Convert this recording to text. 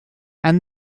and